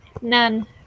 none